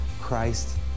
Christ